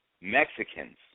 Mexicans